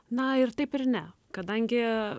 na ir taip ir ne kadangi